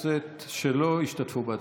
הכנסת שלא השתתפו בהצבעה.